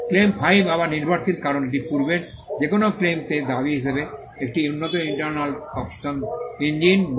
claim 5 আবার নির্ভরশীল কারণ এটি পূর্বের যে কোনও ক্লেম তে দাবী হিসাবে একটি উন্নত ইন্টারনাল কবসন ইঞ্জিন বলে